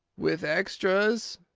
with extras?